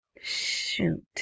shoot